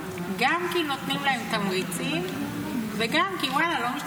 גם כי נותנים להם תמריצים וגם כי,